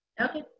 Okay